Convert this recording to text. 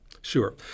Sure